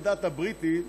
הבריטי,